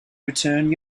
return